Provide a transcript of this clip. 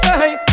hey